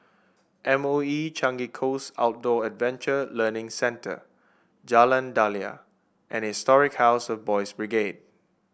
M O E Changi Coast Outdoor Adventure Learning Centre Jalan Daliah and Historic House of Boys' Brigade